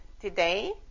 today